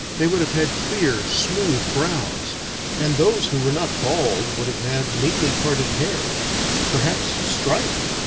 they would have had clear smooth brows and those who were not bald would have had neatly parted hair perhaps striped.